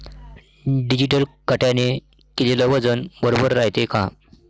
Digital काट्याने केलेल वजन बरोबर रायते का?